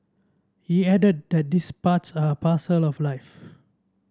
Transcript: he added that these parts are parcel of life